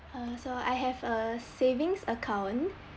uh so I have a savings account